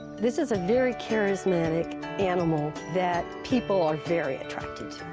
this is a very charismatic animal that people are very attracted to.